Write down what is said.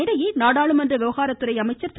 இதனிடையே நாடாளுமன்ற விவகாரத்துறை அமைச்சர் திரு